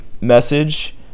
message